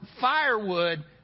firewood